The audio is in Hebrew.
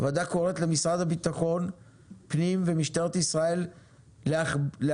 הוועדה קוראת למשרד הביטחון פנים ומשטרת ישראל להגביר